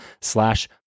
slash